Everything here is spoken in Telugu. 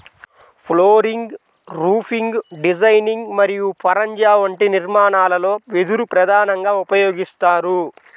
ఫ్లోరింగ్, రూఫింగ్ డిజైనింగ్ మరియు పరంజా వంటి నిర్మాణాలలో వెదురు ప్రధానంగా ఉపయోగిస్తారు